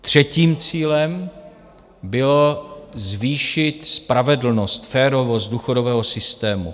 Třetím cílem bylo zvýšit spravedlnost, férovost důchodového systému.